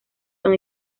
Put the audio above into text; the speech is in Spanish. son